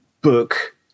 book